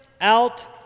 out